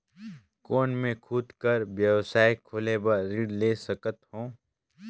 कौन मैं खुद कर व्यवसाय खोले बर ऋण ले सकत हो?